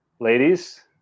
Ladies